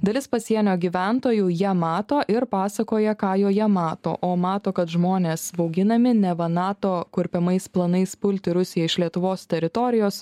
dalis pasienio gyventojų ją mato ir pasakoja ką joje mato o mato kad žmonės bauginami neva nato kurpiamais planais pulti rusiją iš lietuvos teritorijos